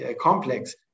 complex